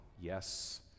Yes